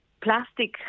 Plastic